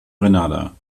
grenada